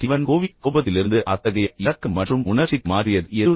Steven Covey கோபத்திலிருந்து அத்தகைய இரக்கம் மற்றும் உணர்ச்சிக்கு மாற்றியது எது